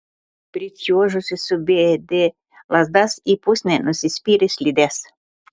pričiuožusi subedė lazdas į pusnį nusispyrė slides